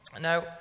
Now